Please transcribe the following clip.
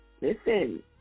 listen